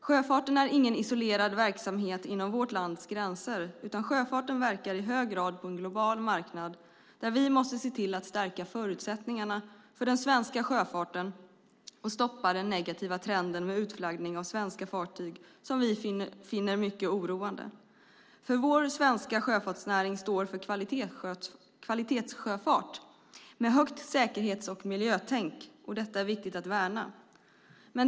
Sjöfarten är ingen isolerad verksamhet inom vårt lands gränser, utan sjöfarten verkar i hög grad på en global marknad där vi måste se till att stärka förutsättningarna för den svenska sjöfarten och stoppa den negativa trenden med utflaggning av svenska fartyg som vi finner mycket oroande. Vår svenska sjöfartsnäring står för kvalitetssjöfart med högt säkerhets och miljötänk, och detta är viktigt att värna.